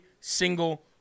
single